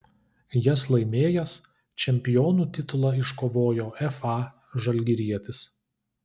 jas laimėjęs čempionų titulą iškovojo fa žalgirietis